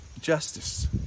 justice